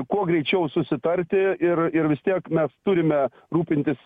kuo greičiau susitarti ir ir vis tiek mes turime rūpintis